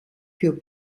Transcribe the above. für